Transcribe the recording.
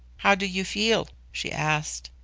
how do you feel? she asked.